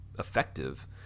effective